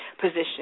position